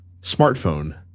smartphone